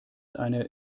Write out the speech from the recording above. eine